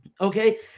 Okay